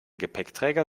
gepäckträger